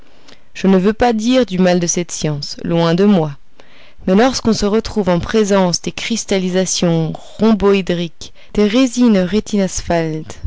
je ne veux pas dire du mal de cette science loin de moi mais lorsqu'on se trouve en présence des cristallisations rhomboédriques des résines